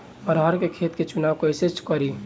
अरहर के खेत के चुनाव कईसे करी?